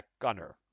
gunner